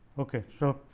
ok. so,